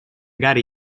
gare